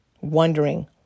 Wondering